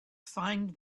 find